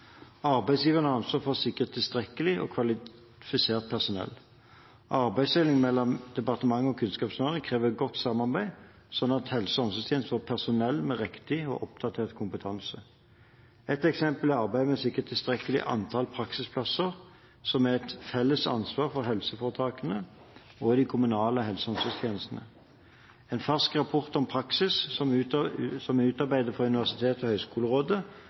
Arbeidsgiverne har ansvar for å sikre tilstrekkelig og kvalifisert personell. Arbeidsdelingen mellom mitt departement og Kunnskapsdepartementet krever godt samarbeid slik at helse- og omsorgstjenestene får personell med riktig og oppdatert kompetanse. Et eksempel er arbeidet med å sikre tilstrekkelig antall praksisplasser, som er et felles ansvar for helseforetakene og de kommunale helse- og omsorgstjenestene. En fersk rapport om praksis, som er utarbeidet av Universitets- og høgskolerådet